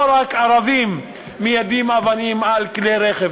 לא רק ערבים מיידים אבנים על כלי רכב.